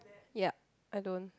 yup I don't